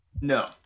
No